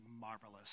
marvelous